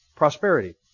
prosperity